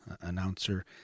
announcer